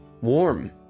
warm